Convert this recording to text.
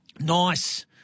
Nice